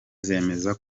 zemeza